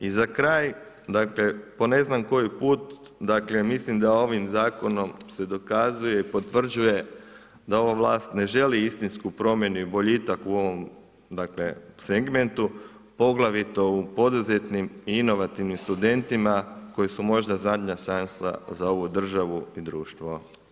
I za kraj, po ne znam koji put mislim da ovim zakonom se dokazuje i potvrđuje da ova vlast ne želi istinsku promjenu i boljitak u ovom segmentu, poglavito u poduzetnim i inovativnim studentima koji su možda zadnja šansa za ovu državu i društvo.